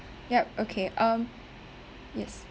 yup okay um yes